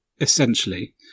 essentially